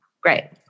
great